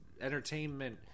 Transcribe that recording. entertainment